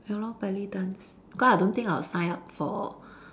ya lor belly dance because I don't thinking I'll sign up for